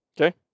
Okay